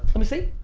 lemme see.